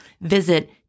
Visit